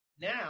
now